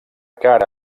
cara